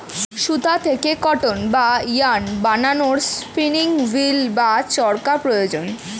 সুতা থেকে কটন বা ইয়ারন্ বানানোর স্পিনিং উঈল্ বা চরকা প্রয়োজন